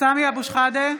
סמי אבו שחאדה,